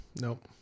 Nope